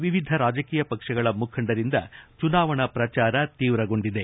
ವಿವಿಧ ರಾಜಕೀಯ ಪಕ್ಷಗಳ ಮುಖಂಡರಿಂದ ಚುನಾವಣಾ ಪ್ರಜಾರ ತೀವ್ರಗೊಂಡಿದೆ